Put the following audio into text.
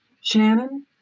Shannon